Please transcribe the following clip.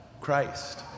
Christ